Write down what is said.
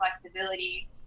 flexibility